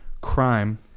crime